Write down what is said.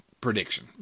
prediction